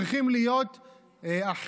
צריכים להיות אחידים.